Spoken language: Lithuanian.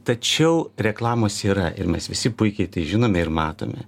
tačiau reklamos yra ir mes visi puikiai tai žinome ir matome